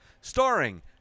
starring